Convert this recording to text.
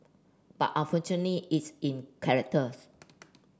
but unfortunately it's in characters